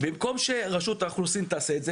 במקום שרשות האוכלוסין תעשה את זה,